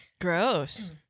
gross